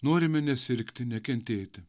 norime nesirgti nekentėti